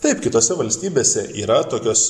taip kitose valstybėse yra tokios